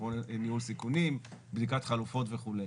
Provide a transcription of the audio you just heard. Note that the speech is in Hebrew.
ניהול סיכונים, בדיקת חלופות וכו'.